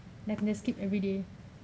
dah kena skip everyday